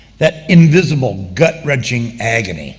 that invisible, gut-wrenching agony